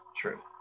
true